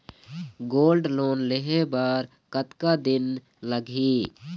Gold loan लेहे बर कतका दिन लगही?